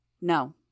No